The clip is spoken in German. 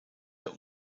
der